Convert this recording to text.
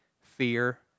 fear